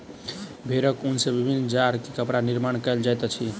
भेड़क ऊन सॅ विभिन्न जाड़ के कपड़ा निर्माण कयल जाइत अछि